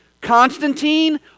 Constantine